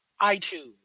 iTunes